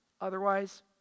Otherwise